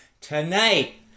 tonight